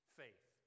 faith